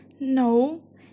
No